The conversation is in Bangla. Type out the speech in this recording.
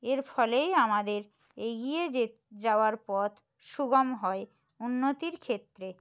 এর ফলেই আমাদের এগিয়ে যে যাওয়ার পথ সুগম হয় উন্নতির ক্ষেত্রে